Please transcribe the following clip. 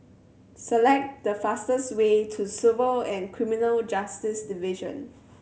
select the fastest way to Civil and Criminal Justice Division